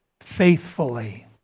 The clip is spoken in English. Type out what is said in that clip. faithfully